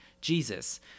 Jesus